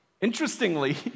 Interestingly